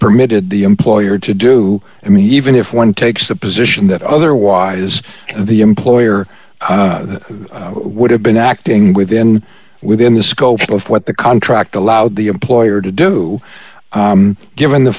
permitted the employer to do i mean even if one takes the position that otherwise the employer would have been acting within within the scope of what the contract allowed the employer to do given the